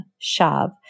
SHAV